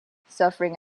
suffering